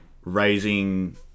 raising